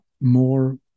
more